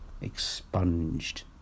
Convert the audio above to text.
expunged